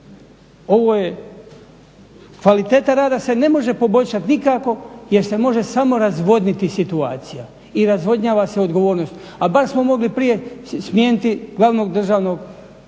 Ovo je kvaliteta rada se ne može poboljšati nikako jer se može samo razvoditi situacija i razvodnjava se odgovornost a bar smo mogli prije smijeniti glavnog državnog